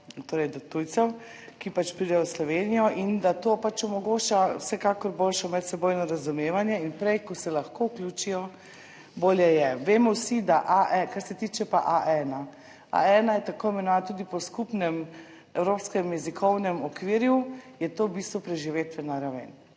torej, do tujcev, ki pač pridejo v Slovenijo in da to pač omogoča vsekakor boljše medsebojno razumevanje in prej ko se lahko vključijo, bolje je. Kar se tiče pa A1. A1 je tako imenovana tudi po skupnem evropskem jezikovnem okvirju, je to v bistvu preživetvena raven.